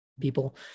people